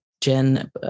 jen